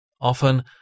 often